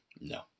No